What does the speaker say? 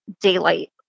daylight